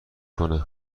کنه